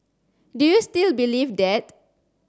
do you still believe that